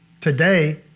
today